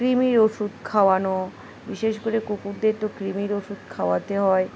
ক্রিমির ওষুধ খাওয়ানো বিশেষ করে কুকুরদের তো ক্রিমির ওষুধ খাওয়াতে হয়